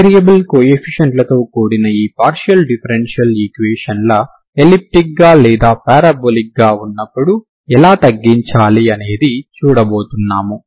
variable కోఎఫీషియంట్లతో కూడిన ఈ పార్షియల్ డిఫరెన్షియల్ ఈక్వేషన్ ల ఎలిప్టిక్ గా లేదా పారాబొలిక్గా ఉన్నప్పుడు ఎలా తగ్గించాలి అనేది చూడబోతున్నాము